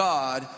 God